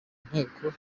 nteko